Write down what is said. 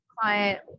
client